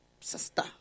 sister